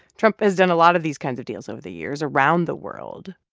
trump has done a lot of these kinds of deals over the years around the world.